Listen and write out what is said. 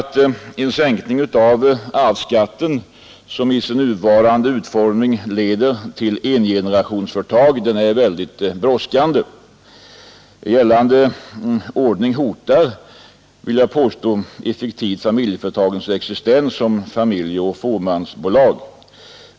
En sänkning av arvsskatten, som i sin nuvarande utformning leder till engenerationsföretag, är mycket brådskande. Gällande ordning hotar effektivt familjeföretagens existens som familjeeller fåmansbolag.